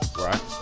Right